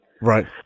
Right